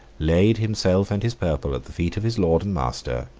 laid himself and his purple at the feet of his lord and master,